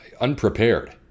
unprepared